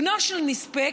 בנו של נספה,